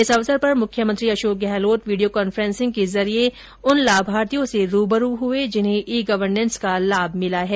इस अवसर पर मुख्यमंत्री अशोक गहलोत विडियो कांन्फ्रेसिंग के जरिये उन लाभार्थियों से रूबरू हुए जिन्हें ई गर्वनेंस का लाभ मिला है